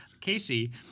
Casey